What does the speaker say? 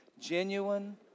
Genuine